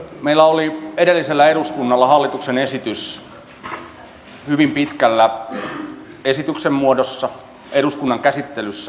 meillä oli edellisellä eduskunnalla hallituksen esitys hyvin pitkällä esityksen muodossa eduskunnan käsittelyssä